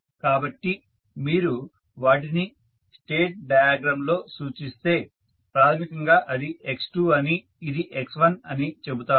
కాబట్టి మీరు వాటిని స్టేట్ డయాగ్రమ్ లో సూచిస్తే ప్రాథమికంగా ఇది x2 అని ఇది x1 అని చెబుతారు